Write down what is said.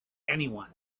anyone